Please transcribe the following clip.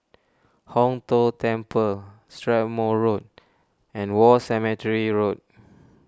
Hong Tho Temple Strathmore Road and War Cemetery Road